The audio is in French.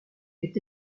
est